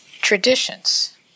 traditions